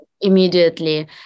immediately